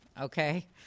okay